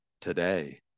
today